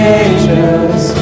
angels